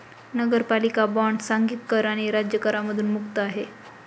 नगरपालिका बॉण्ड सांघिक कर आणि राज्य करांमधून मुक्त आहे